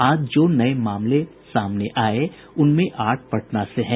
आज जो नये मामले सामने आये उसमें आठ पटना से हैं